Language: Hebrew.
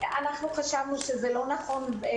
אנחנו חשבנו שזה לא נכון.